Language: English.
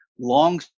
long